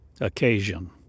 occasion